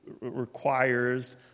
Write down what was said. Requires